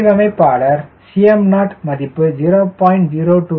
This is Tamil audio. வடிவமைப்பாளர் Cm0மதிப்பு 0